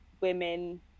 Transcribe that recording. women